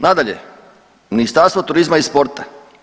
Nadalje, u Ministarstvo turizma i sporta.